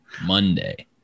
Monday